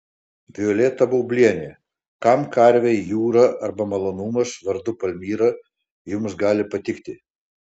violeta baublienė kam karvei jūra arba malonumas vardu palmira jums gali patikti